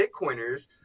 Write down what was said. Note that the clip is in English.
bitcoiners